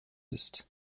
ist